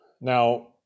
Now